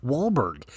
Wahlberg